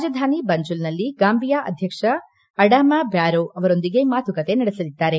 ರಾಜಧಾನಿ ಬಂಜುಲ್ನಲ್ಲಿ ಗಾಂಬಿಯಾ ಅಧ್ಯಕ್ಷ ಅಡಾಮಾ ಬ್ಯಾರೋ ಅವರೊಂದಿಗೆ ಮಾತುಕತೆ ನಡೆಸಲಿದ್ದಾರೆ